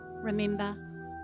remember